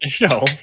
No